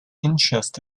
interest